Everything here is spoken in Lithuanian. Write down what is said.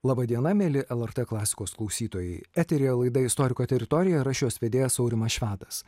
laba diena mieli lrt klasikos klausytojai eteryje laida istoriko teritorija ir aš jos vedėjas aurimas švedas